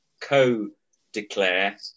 co-declare